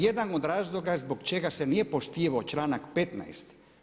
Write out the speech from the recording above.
Jedan od razloga zbog čega se nije poštivao članak 15.